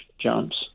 jumps